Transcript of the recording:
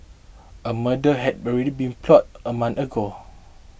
a murder had already been plotted a month ago